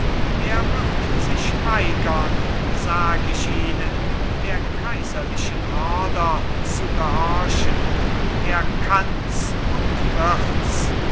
er wird sich weigern sag ich ihnen der kaiserlichen ordre zu gehorchen er kanns und wirds